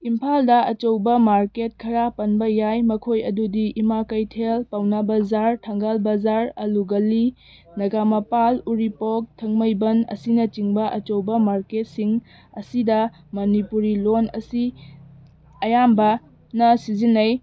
ꯏꯝꯐꯥꯜꯗ ꯑꯆꯧꯕ ꯃꯥꯔꯀꯦꯠ ꯈꯔ ꯄꯟꯕ ꯌꯥꯏ ꯃꯈꯣꯏ ꯑꯗꯨꯗꯤ ꯏꯃꯥ ꯀꯩꯊꯦꯜ ꯄꯥꯎꯅꯥ ꯕꯖꯥꯔ ꯊꯪꯒꯥꯜ ꯕꯖꯥꯔ ꯑꯥꯜꯂꯨ ꯒꯂꯤ ꯅꯥꯒꯥꯃꯄꯥꯜ ꯎꯔꯤꯄꯣꯛ ꯊꯥꯡꯃꯩꯕꯟ ꯑꯁꯤꯅꯆꯤꯡꯕ ꯑꯆꯧꯕ ꯃꯥꯔꯀꯦꯠꯁꯤꯡ ꯑꯁꯤꯗ ꯃꯅꯤꯄꯨꯔꯤ ꯂꯣꯜ ꯑꯁꯤ ꯑꯌꯥꯝꯕꯅ ꯁꯤꯖꯤꯟꯅꯩ